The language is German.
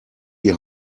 die